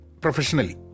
professionally